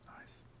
nice